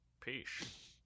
Peace